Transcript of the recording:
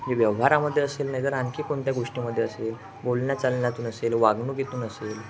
ही व्यवहारामध्ये असेल नाही तर आणखी कोणत्या गोष्टीमध्ये असेल बोलण्याचालण्यातून असेल वागणूकीतून असेल